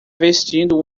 vestindo